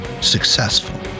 successful